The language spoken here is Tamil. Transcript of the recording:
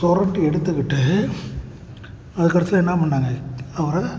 சுரண்டி எடுத்துக்கிட்டு அது கடைசியில் என்ன பண்ணாங்க அவரை